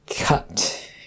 cut